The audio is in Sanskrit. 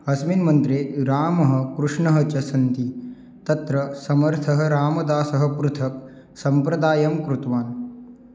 अस्मिन् मन्त्रे रामः कृष्णः च सन्ति तत्र समर्थः रामदासः पृथक् सम्प्रदायं कृतवान्